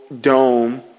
dome